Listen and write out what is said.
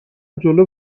جلو